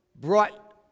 brought